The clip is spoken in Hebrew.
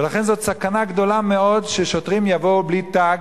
ולכן זו סכנה גדולה מאוד ששוטרים יבואו בלי תג,